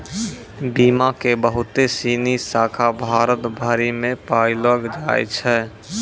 बीमा के बहुते सिनी शाखा भारत भरि मे पायलो जाय छै